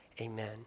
Amen